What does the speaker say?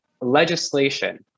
legislation